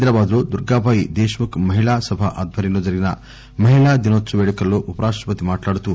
హైదరాబాద్ లో దుర్గాబాయి దేశ్ ముఖ్ మహిళ సభ ఆధ్వర్యంలో జరిగిన మహిళా దినోత్సవం వేడుకల్లో ఉపరాష్టపతి మాట్లాడుతూ